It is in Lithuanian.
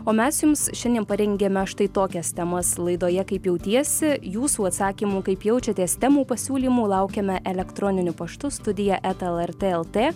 o mes jums šiandien parengėme štai tokias temas laidoje kaip jautiesi jūsų atsakymų kaip jaučiatės temų pasiūlymų laukiame elektroniniu paštu studija eta lrt lt